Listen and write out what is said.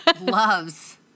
loves